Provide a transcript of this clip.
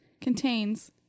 Contains